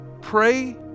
pray